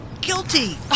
guilty